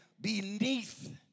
beneath